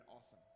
awesome